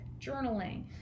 journaling